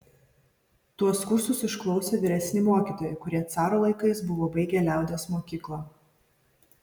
tuos kursus išklausė vyresni mokytojai kurie caro laikais buvo baigę liaudies mokyklą